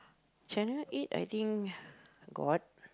channel eight I think got